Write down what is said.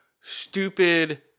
Stupid